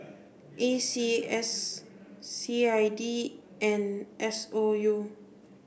A C S I C I D and S O U